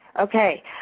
Okay